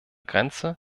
grenze